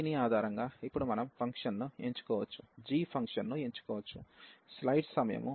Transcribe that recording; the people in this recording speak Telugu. దీని ఆధారంగా ఇప్పుడు మనం ఫంక్షన్ను ఎంచుకోవచ్చు g ఫంక్షన్ను ఎంచుకోవచ్చు